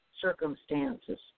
circumstances